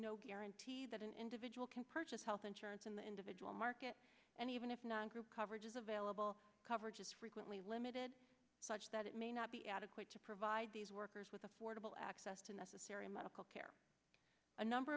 no guarantee that an individual can purchase health insurance in the individual market and even if non group coverage is available coverage is frequently limited such that it may not be adequate to provide these workers with affordable access to necessary medical care a number